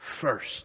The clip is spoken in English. First